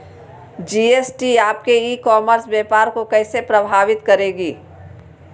GST आपके e commerce व्यापार को कैसे प्रभावित करेगी?